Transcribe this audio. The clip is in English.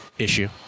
Issue